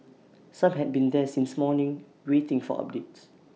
some had been there since morning waiting for updates